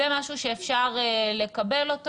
זה משהו שאפשר לקבל,